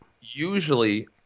usually